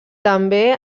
també